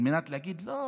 על מנת להגיד: לא,